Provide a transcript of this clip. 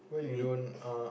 we